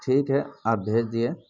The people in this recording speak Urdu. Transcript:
ٹھیک ہے آپ بھیج دیجیے